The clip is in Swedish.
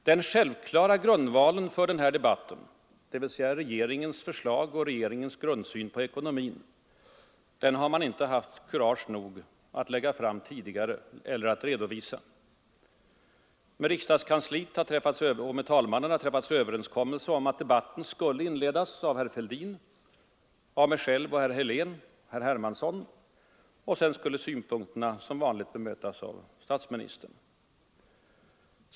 Den självklara grundvalen för den här debatten, dvs. regeringens förslag och regeringens grundsyn på ekonomin, har man inte haft kurage nog att lägga fram tidigare eller att redovisa. Med riksdagskansliet och talmannen har träffats en överenskommelse om att debatten skulle inledas av herr Fälldin, mig själv, herr Helén och herr Hermansson, och sedan skulle synpunkterna som vanligt bemötas av statsministern.